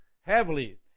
heavily